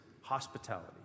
hospitality